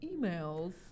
emails